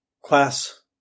class